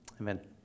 Amen